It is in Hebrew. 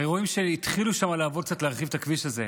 הרי רואים שהתחילו שם לעבוד קצת ולהרחיב את הכביש הזה.